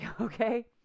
Okay